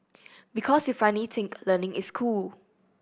because you funny think learning is cool